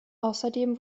außerdem